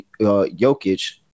Jokic